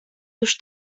już